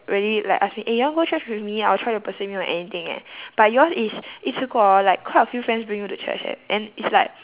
really like ask me eh you want go to church with me or try to persuade me or anything eh but yours is 一次过 hor like quite a few friends bring you to church eh and it's like